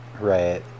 Right